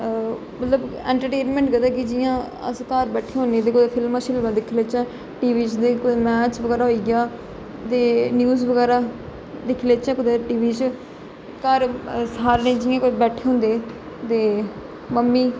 मतलब इंटरटेनमेंट कि जियां अस घर बैठे दे होन्ने ते फिल्मा शिल्मा दिक्खी लैचै टीवी च ते कोई मैच बगैरा होई गेआ दे न्यूज बगैरा दिक्खी लैचे कुते टीवी च घर सारे जने बेठे दे होंदे दे मम्मी